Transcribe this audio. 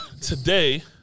Today